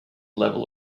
level